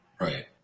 right